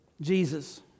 Jesus